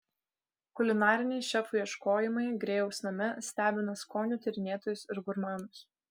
kulinariniai šefų ieškojimai grėjaus name stebina skonių tyrinėtojus ir gurmanus